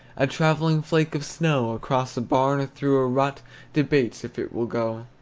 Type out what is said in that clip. a travelling flake of snow across a barn or through a rut debates if it will go.